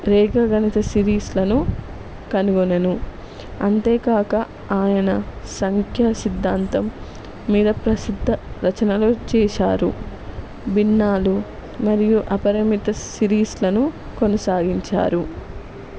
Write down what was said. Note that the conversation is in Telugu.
రేఖ గణిత సిరీస్లను కనుగొనెను అంతేకాక ఆయన సంఖ్య సిద్ధాంతం మీద ప్రసిద్ధ రచనలు చేశారు భిన్నాలు మరియు అపరమిత సిరీస్లను కొనసాగించారు